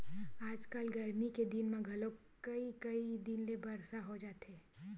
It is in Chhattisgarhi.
आजकल गरमी के दिन म घलोक कइ कई दिन ले बरसा हो जाथे